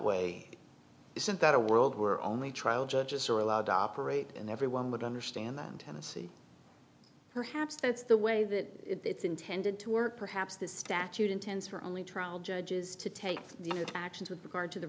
way isn't that a world where only trial judges are allowed to operate and everyone would understand that in tennessee perhaps that's the way that it's intended to work perhaps this statute intends for only trial judges to take actions with regard to the